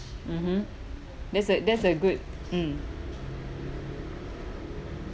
mmhmm that's a that's a good mm